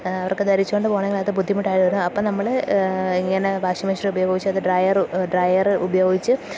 അവർക്കു ധരിച്ചുകൊണ്ടു പോകണമെങ്കിൽ അതു ബുദ്ധിമുട്ടായിട്ടു വരുന്നു അപ്പോള് നമ്മള് ഇങ്ങനെ വാഷിംഗ് മെഷീൻ ഉപയോഗിച്ച് അത് ഡ്രയര് ഡ്രയര് ഉപയോഗിച്ച്